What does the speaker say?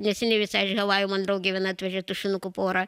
neseniai visai iš havajų man draugė viena atvežė tušinukų porą